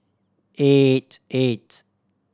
eight eight